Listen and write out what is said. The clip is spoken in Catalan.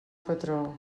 patró